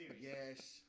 Yes